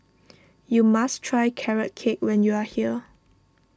you must try Carrot Cake when you are here